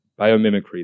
Biomimicry